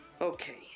Okay